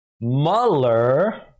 Mueller